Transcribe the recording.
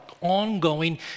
ongoing